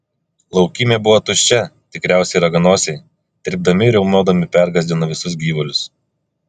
laukymė buvo tuščia tikriausiai raganosiai trypdami ir riaumodami pergąsdino visus gyvulius